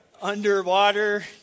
underwater